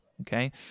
Okay